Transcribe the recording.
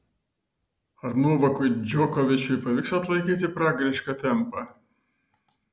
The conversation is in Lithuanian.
ar novakui džokovičiui pavyks atlaikyti pragarišką tempą